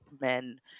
men